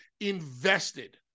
invested